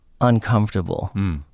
uncomfortable